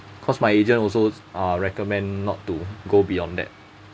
cause my agent also uh recommend not to go beyond that